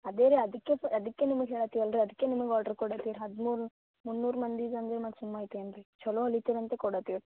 ಅದೇ ರೀ ಅದಕ್ಕೆ ಅದಕ್ಕೆ ನಿಮಗೆ ಹೇಳತಿಯಲ್ಲ ರೀ ಅದಕ್ಕೆ ನಿಮಗೆ ಆರ್ಡ್ರ್ ಕೊಡತೀರ ಹದಿಮೂರು ಮುನ್ನೂರು ಮಂದಿಗೆ ಅಂದ್ರೆ ಮತ್ತೆ ಸುಮ್ಮ ಐತೇನು ರೀ ಛಲೋ ಹೋಲಿತೀರಿ ಅಂತ ಕೊಡಾತೀವಿ